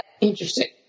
Interesting